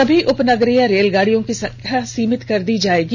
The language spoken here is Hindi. सभी उपनगरीय रेलगाड़ियां की संख्या सीमित कर दी जाएगी